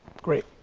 great.